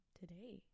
today